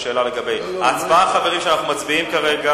ההצבעה שאנחנו מצביעים כרגע